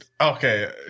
okay